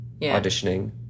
auditioning